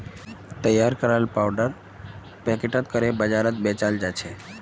तैयार कराल पाउडर पैकेटत करे बाजारत बेचाल जाछेक